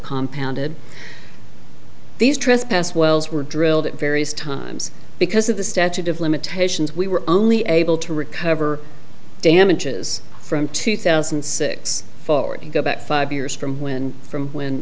compounded these trespass wells were drilled at various times because of the statute of limitations we were only able to recover damages from two thousand and six forward and go back five years from when from when